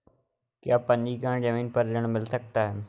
क्या पंजीकरण ज़मीन पर ऋण मिल सकता है?